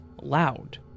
loud